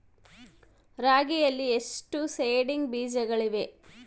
ರಾಗಿಯಲ್ಲಿ ಎಷ್ಟು ಸೇಡಿಂಗ್ ಬೇಜಗಳಿವೆ?